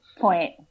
point